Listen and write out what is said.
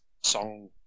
song